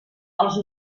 els